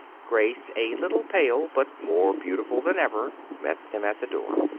grace, a little pale but more beautiful than ever, met them at the door.